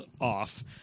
off